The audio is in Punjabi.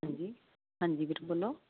ਹਾਂਜੀ ਹਾਂਜੀ ਵੀਰੇ ਬੋਲੋ